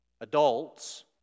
adults